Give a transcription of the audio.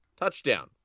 touchdown